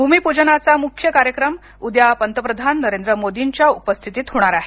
भूमिपूजनाचा मुख्य कार्यक्रम उद्या पंतप्रधान नरेंद्र मोदींच्या उपस्थितीत होणार आहे